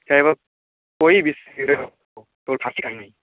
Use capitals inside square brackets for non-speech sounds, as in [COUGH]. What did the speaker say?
[UNINTELLIGIBLE]